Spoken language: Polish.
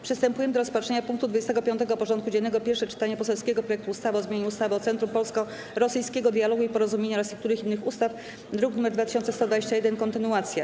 Przystępujemy do rozpatrzenia punktu 25. porządku dziennego: Pierwsze czytanie poselskiego projektu ustawy o zmianie ustawy o Centrum Polsko-Rosyjskiego Dialogu i Porozumienia oraz niektórych innych ustaw (druk nr 2121) - kontynuacja.